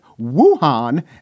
Wuhan